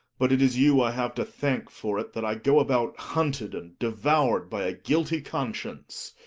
but it is you i have to thank for it that i go about hunted and devoured by a guilty conscience.